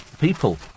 People